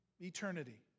eternity